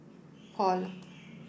Paul